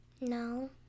No